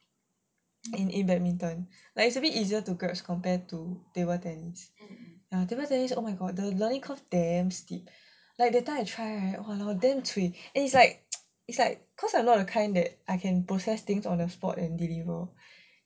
in badminton like it's a bit easier to grasp as compared to table tennis table tennis oh my god the learning curve damn steep like that time I try right !walao! damn cui and it's like it's like cause I'm not the kind that I can process things on the spot and deliver